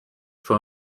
for